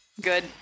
good